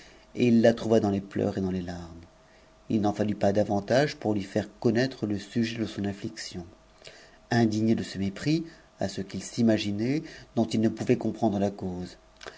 et il la trouva dans les pleurs et dans les larmes il n'en fallut pas davamage pour lui faire connaître e sujet de son affliction indigné de ce mépris à ce qu'il s'imaginait dont il ne pouvait comprendre la cause